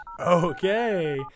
Okay